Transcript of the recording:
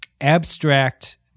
abstract